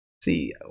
See